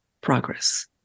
progress